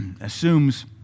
assumes